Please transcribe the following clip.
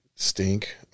stink